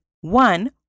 One